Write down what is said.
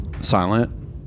silent